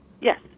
Yes